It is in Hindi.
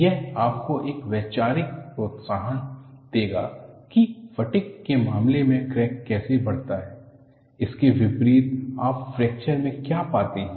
यह आपको एक वैचारिक प्रोत्साहन देगा कि फटिग के मामले में क्रैक कैसे बढ़ता है इसके विपरीत आप फ्रैक्चर में क्या पाते हैं